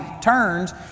turns